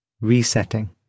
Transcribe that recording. Resetting